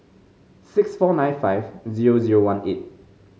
six four nine five zero zero one eight